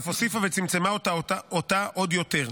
ואף הוסיפה וצמצמה אותה עוד יותר.